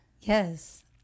yes